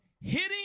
hitting